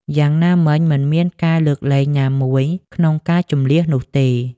យ៉ាងណាមិញ មិនមានការលើកលែងណាមួយក្នុងការជម្លៀសនោះទេ។